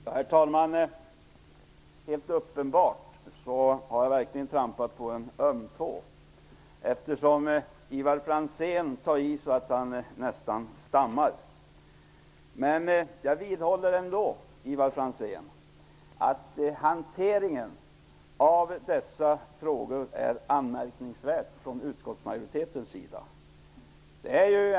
Herr talman! Helt uppenbart har jag verkligen trampat på en öm tå, eftersom Ivar Franzén tar i så att han nästan stammar. Men jag vidhåller ändå, Ivar Franzén, att utskottsmajoritetens hantering av dessa frågor är anmärkningsvärd.